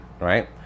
right